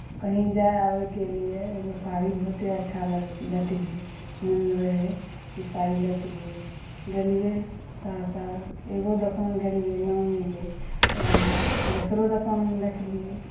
कहीँ जाइ आबयके लिए एगो साड़ी बहुते अच्छा लैतियै मोनमे रहै जे साड़ी लैतियै गेलियै सहरसा एगो दोकान गेलियै ना मिललै तऽ हम दोसरो दोकानमे देखलियै